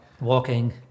walking